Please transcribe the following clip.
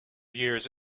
years